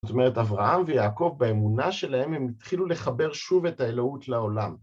זאת אומרת, אברהם ויעקב, באמונה שלהם, הם התחילו לחבר שוב את האלוהות לעולם.